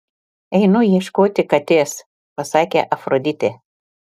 einu ieškoti katės pasakė afroditė